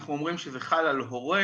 שאנחנו אומרים שזה חל על הורה,